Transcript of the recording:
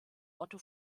otto